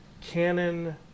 canon